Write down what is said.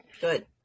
good